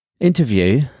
interview